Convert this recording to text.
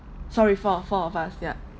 sorry four four of us ya